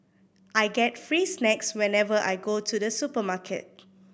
I get free snacks whenever I go to the supermarket